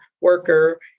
worker